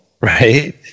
right